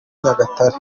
nyagatare